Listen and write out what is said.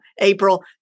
April